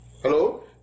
Hello